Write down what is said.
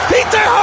Peter